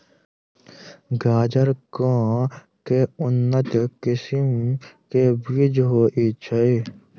गाजर केँ के उन्नत किसिम केँ बीज होइ छैय?